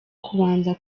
kubanza